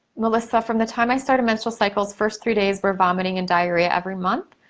melissa, from the time i started menstrual cycles, first three days were vomiting and diarrhea every month.